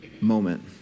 moment